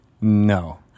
No